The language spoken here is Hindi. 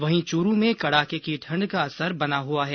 वहीं चूरू में कड़ाके की ठंड का असर बना हुआ है